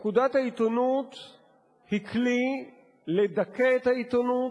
פקודת העיתונות היא כלי לדכא את העיתונות,